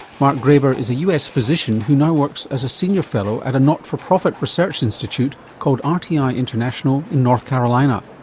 mark graber is a us physician who now works as a senior fellow at a not for profit research institute called ah rti ah international in north carolina.